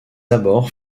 abords